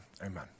amen